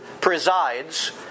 presides